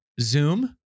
Zoom